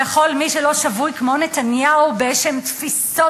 וכל מי שלא שבוי כמו נתניהו באיזשהן תפיסות